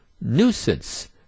nuisance